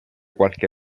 qualche